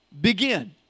begin